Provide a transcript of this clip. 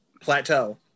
plateau